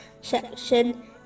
section